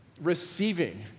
receiving